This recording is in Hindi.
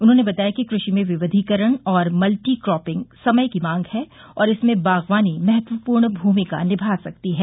उन्होंने बताया कि कृषि में विविधीकरण और मल्टीक्रापिंग समय की मांग है और इसमें बागवानी महत्वपूर्ण भूमिका निभा सकती है